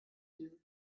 diese